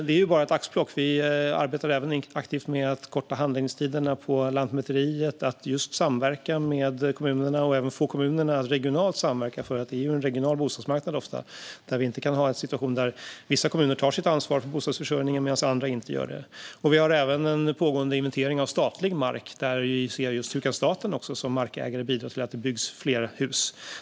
Detta är bara ett axplock. Vi arbetar också aktivt med att korta handläggningstiderna på Lantmäteriet och samverka med kommunerna och även få dem att samverka regionalt, för det gäller ofta en regional bostadsmarknad där vi inte kan ha en situation där vissa kommuner tar sitt ansvar för bostadsförsörjningen medan andra inte gör det. Vi har även en pågående inventering av statlig mark där vi ser hur staten som markägare kan bidra till att det byggs fler hus.